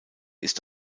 ist